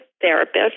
therapist